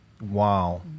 Wow